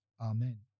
Amen